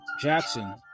Jackson